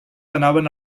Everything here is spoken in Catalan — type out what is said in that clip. anaven